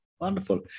Wonderful